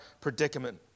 predicament